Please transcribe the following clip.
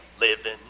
living